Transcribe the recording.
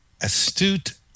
astute